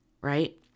right